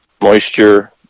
Moisture